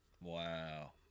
Wow